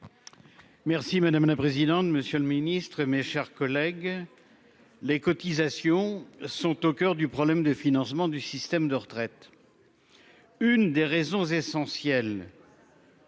Merci madame la présidente. Monsieur le Ministre, mes chers collègues. Les cotisations sont au coeur du problème de financement du système de retraite. Une des raisons essentielles.